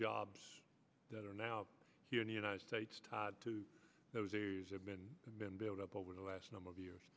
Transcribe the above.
jobs that are now here in the united states tied to those who have been have been built up over the last number of years